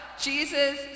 Jesus